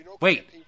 Wait